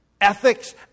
ethics